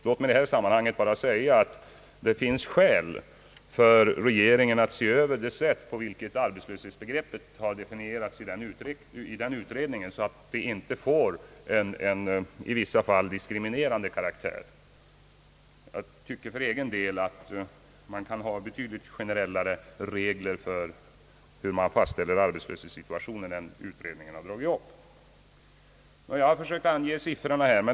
Låt mig i detta sammanhang framhålla att det finns skäl för regeringen att se över det sätt på vilket arbetslöshetsbegreppet har definierats i utred ningen, så att det inte får en i vissa fall diskriminerande karaktär. Jag anser att man kan ha betydligt mer generella regler för att fastställa arbetslöshetssituationen än vad utredningen har dragit upp.